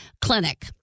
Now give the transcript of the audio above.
clinic